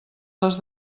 les